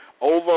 over